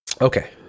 Okay